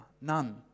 None